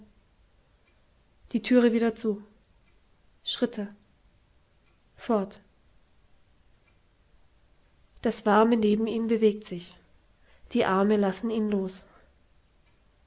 die thüre wieder zu schritte fort das warme neben ihm bewegt sich die arme lassen ihn los